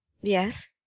Yes